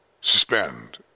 suspend